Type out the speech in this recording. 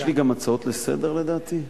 יש לי גם הצעות לסדר-היום, לדעתי.